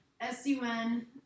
S-U-N